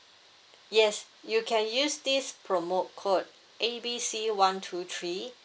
yes you can use this promo code A B C one two three